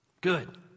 Good